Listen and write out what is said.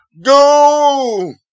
Go